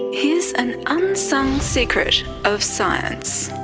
here's an unsung secret of science.